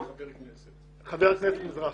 חבר הכנסת מזרחי,